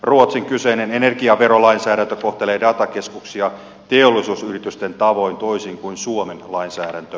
ruotsin kyseinen energiaverolainsäädäntö kohtelee datakeskuksia teollisuusyritysten tavoin toisin kuin suomen lainsäädäntö